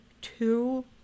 two